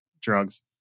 drugs